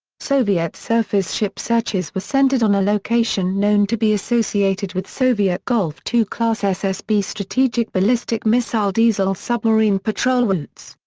soviet surface ship searches were centered on a location known to be associated with soviet golf ii class ssb strategic ballistic missile diesel submarine patrol routes.